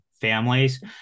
families